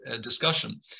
discussion